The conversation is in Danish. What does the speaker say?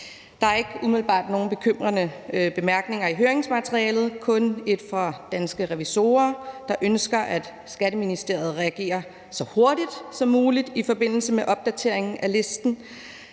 Der er ikke umiddelbart nogen bekymrende bemærkninger i høringsmaterialet, kun et fra FSR – danske revisorer, der ønsker, at Skatteministeriet reagerer så hurtigt som muligt i forbindelse med opdateringen af listen,